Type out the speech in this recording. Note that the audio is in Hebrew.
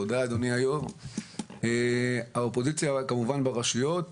האופוזיציה ברשויות